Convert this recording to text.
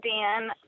dan